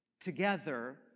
together